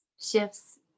shifts